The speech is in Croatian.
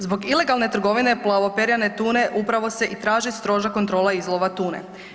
Zbog ilegalne trgovine plavoperjane tune upravo se i traži stroža kontrola izlova tune.